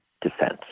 defense